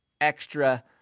extra